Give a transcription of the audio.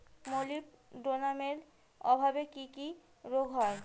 মলিবডোনামের অভাবে কি কি রোগ হয়?